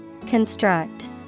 Construct